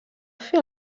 fer